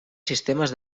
sistemes